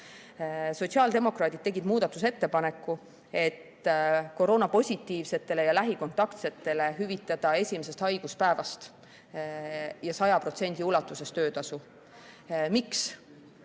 Sotsiaaldemokraadid tegid muudatusettepaneku, et koroonapositiivsetele ja lähikontaktsetele hüvitada esimesest haiguspäevast ja 100% ulatuses töötasu. Miks?